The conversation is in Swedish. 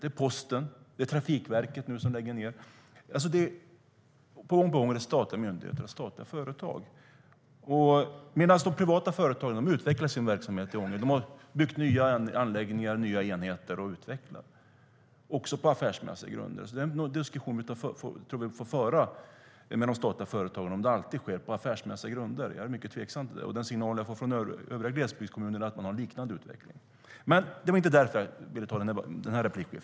Det är posten, och det är Trafikverket som nu lägger ned. Gång på gång är det statliga myndigheter och statliga företag, medan de privata företagen utvecklar sin verksamhet i Ånge. De har byggt nya anläggningar och nya enheter, och de har utvecklat - också på affärsmässiga grunder. Men det var inte därför jag begärde replik.